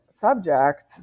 subject